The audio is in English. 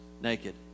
naked